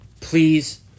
please